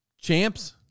Champs